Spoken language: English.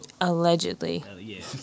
allegedly